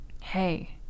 hey